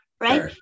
right